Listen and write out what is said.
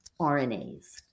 RNAs